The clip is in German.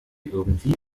irgendwie